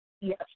Yes